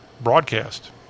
broadcast